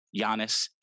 Giannis